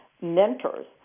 Mentors